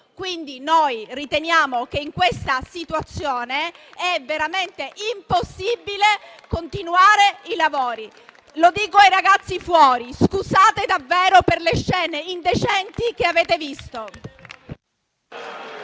Quindi noi riteniamo che in questa situazione sia veramente impossibile continuare i lavori. Lo dico ai ragazzi fuori: scusate davvero per le scene indecenti che avete visto.